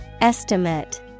Estimate